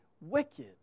wicked